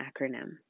acronym